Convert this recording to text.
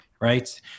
Right